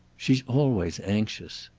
she's always anxious.